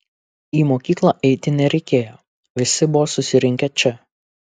į mokyklą eiti nereikėjo visi buvo susirinkę čia